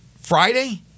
Friday